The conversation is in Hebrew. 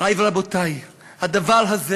מורי ורבותי, הדבר הזה